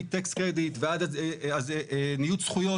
מטקס קרדיט ועד ניוד זכויות.